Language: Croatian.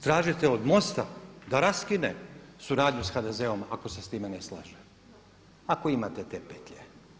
Tražite od MOST-a da raskine suradnju sa HDZ-om ako se sa time ne slaže, ako imate te petlje.